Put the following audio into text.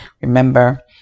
Remember